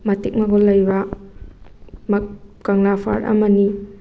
ꯃꯇꯤꯛ ꯃꯒꯨꯟ ꯂꯩꯕ ꯀꯪꯂꯥ ꯐꯥꯔꯠ ꯑꯃꯅꯤ